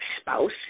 spouse